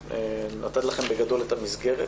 נתתי לכם בגדול את המסגרת.